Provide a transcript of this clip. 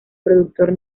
productor